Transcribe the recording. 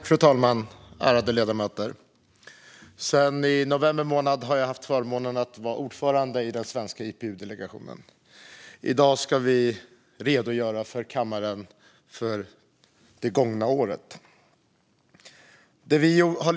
Fru talman! Ärade ledamöter! Sedan i november har jag haft förmånen att vara ordförande i den svenska IPU-delegationen. I dag ska vi redogöra för det gångna året för kammaren.